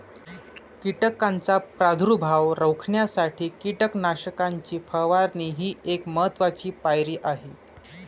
कीटकांचा प्रादुर्भाव रोखण्यासाठी कीटकनाशकांची फवारणी ही एक महत्त्वाची पायरी आहे